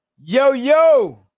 Yo-Yo